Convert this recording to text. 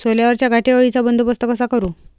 सोल्यावरच्या घाटे अळीचा बंदोबस्त कसा करू?